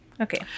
Okay